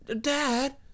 dad